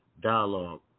Dialogue